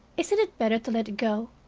isn't it better to let it go?